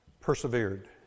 persevered